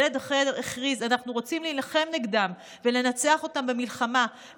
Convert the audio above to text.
ילד אחר הכריז: אנחנו רוצים להילחם נגדם ולנצח אותם במלחמה.